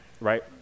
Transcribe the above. right